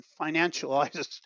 financialized